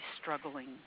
struggling